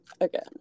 again